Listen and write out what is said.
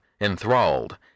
enthralled